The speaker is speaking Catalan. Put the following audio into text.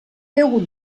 hagut